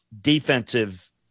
defensive